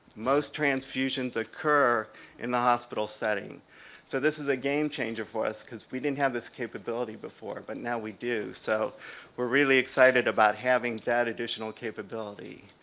most transfusions occur in the hospital setting so this is a game-changer for us because we didn't have this capability before but now we do so we're really excited about having that additional capabilities